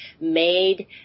made